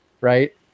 right